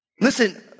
Listen